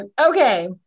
Okay